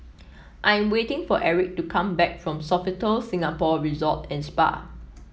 I am waiting for Erik to come back from Sofitel Singapore Resort and Spa